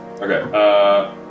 Okay